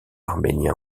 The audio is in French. arménien